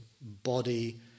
body